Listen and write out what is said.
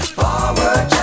forward